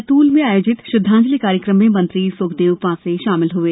बैतूल में आयोजित श्रद्वांजलि कार्यकम में मंत्री सुखदेव पासे शामिल हुए